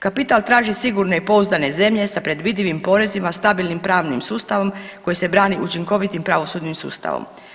Kapital traži sigurne i pouzdane zemlje sa predvidivim porezima, stabilnim pravnim sustavom koji se brani učinkovitim pravosudnim sustavom.